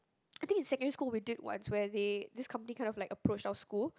I think in secondary school we did once where they this company kind of like approach our school